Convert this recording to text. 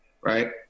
right